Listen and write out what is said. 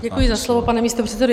Děkuji za slovo, pane místopředsedo.